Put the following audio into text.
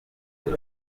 buri